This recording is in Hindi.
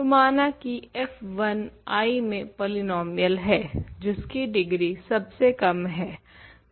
तो माना की f1 I में एक पॉलीनोमियल है जिसकी डिग्री सबसे कम है